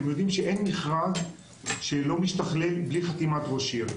אתם יודעים שאין מכרז שלא משתחרר בלא חתימת ראש עיר,